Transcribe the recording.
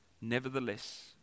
nevertheless